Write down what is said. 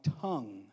tongue